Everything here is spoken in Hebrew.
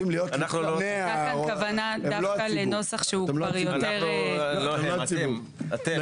הייתה כאן כוונה דווקא לנוסח שהוא כבר יותר --- לא הבנתי,